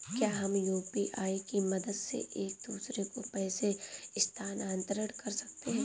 क्या हम यू.पी.आई की मदद से एक दूसरे को पैसे स्थानांतरण कर सकते हैं?